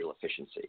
efficiency